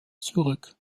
zurück